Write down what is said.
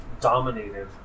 dominated